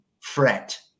fret